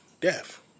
Death